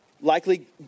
likely